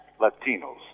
Latinos